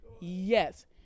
Yes